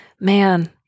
Man